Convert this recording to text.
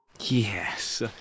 Yes